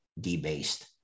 debased